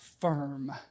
firm